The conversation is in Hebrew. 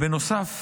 בנוסף,